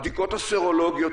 הבדיקות הסרולוגיות,